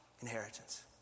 inheritance